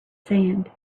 sand